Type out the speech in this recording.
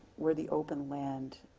where the open land